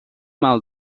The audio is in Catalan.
mal